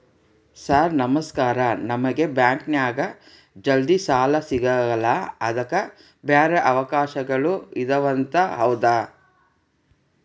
Sir ನಮಸ್ಕಾರ ನಮಗೆ ಬ್ಯಾಂಕಿನ್ಯಾಗ ಜಲ್ದಿ ಸಾಲ ಸಿಗಲ್ಲ ಅದಕ್ಕ ಬ್ಯಾರೆ ಅವಕಾಶಗಳು ಇದವಂತ ಹೌದಾ?